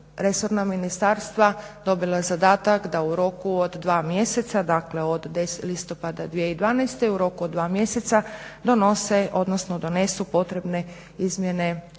resorna ministarstva dobila zadatak da u roku od dva mjeseca dakle od listopada 2012. u roku od dva mjeseca donose odnosno donesu potrebne izmjene zakona